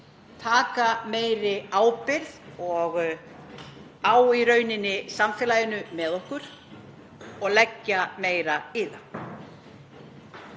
taka meiri ábyrgð á samfélaginu með okkur og leggja meira í það.